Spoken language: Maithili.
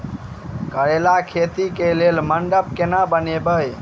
करेला खेती कऽ लेल मंडप केना बनैबे?